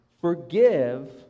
forgive